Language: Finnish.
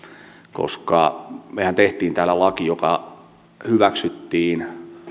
koska mehän teimme täällä lain joka hyväksyttiin